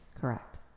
correct